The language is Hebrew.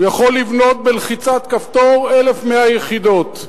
הוא יכול לבנות בלחיצת כפתור 1,100 יחידות.